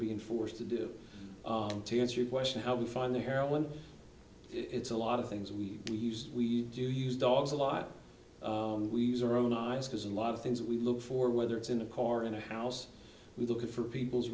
being forced to do to answer your question how we find the heroin it's a lot of things we use we do use dogs a lot we use our own eyes because a lot of things we look for whether it's in a car in a house we look for people's